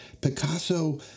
Picasso